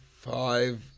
five